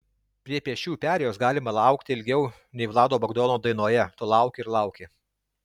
prie pėsčiųjų perėjos galima laukti ilgiau nei vlado bagdono dainoje tu lauki ir lauki